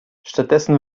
stattdessen